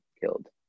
killed